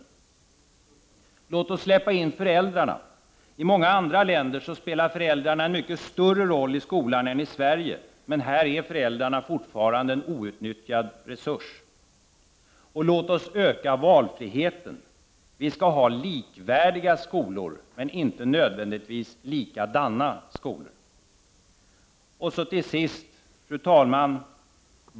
Oo Låt oss släppa in föräldrarna. I många andra länder spelar de en mycket större roll i skolan än i Sverige. Här är föräldrarna fortfarande en outnyttjad resurs. Oo Låt oss öka valfriheten. Vi skall ha likvärdiga skolor, men inte nödvändigtvis likadana skolor. Fru talman!